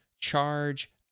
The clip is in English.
charge